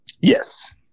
Yes